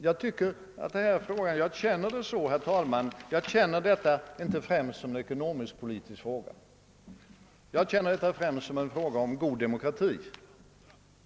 Jag uppfattar inte denna fråga främst som en ekonomisk-politisk fråga, herr talman, utan ännu mer som en fråga om god demokrati.